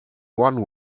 one